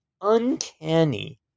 uncanny